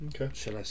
Okay